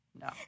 No